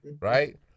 Right